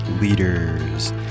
leaders